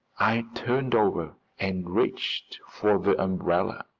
i turned over and reached for the umbrella,